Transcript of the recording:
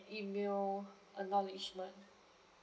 email acknowledgement